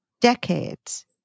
decades